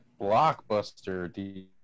blockbuster